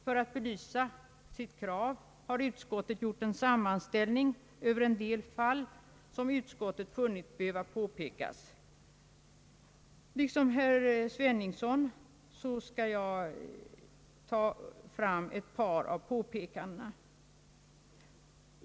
För att belysa sitt krav har utskottet gjort en sammanställning över en del fall som utskottet funnit behöva påtalas. Liksom herr Sveningsson skall jag beröra ett par av påpekandena.